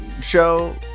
show